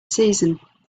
season